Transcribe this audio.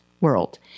World